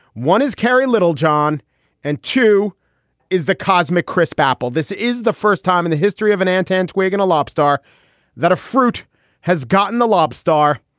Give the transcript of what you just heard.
one is carry little john and two is the cosmic crisp apple. this is the first time in the history of an antenna wagon, a lop star that a fruit has gotten the lab star.